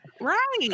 Right